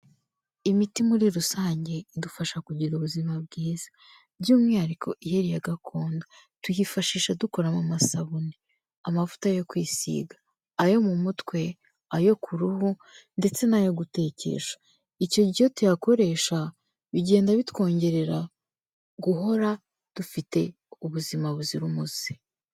Imiti muri rusange idufasha kugira ubuzima bwiza, by'umwihariko iyo ari iya gakondo, tuyifashisha dukoramo amasabune, amavuta yo kwisiga, ayo mu mutwe, ayo ku ruhu ndetse n'ayagutekesha. Icyo gihe tuyakoresha, bigenda bitwongerera, guhora dufite ubuzima buzira umuze.